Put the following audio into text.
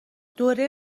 دوره